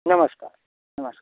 नमस्कार नमस्कार